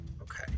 Okay